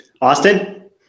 Austin